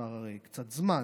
כבר קצת זמן,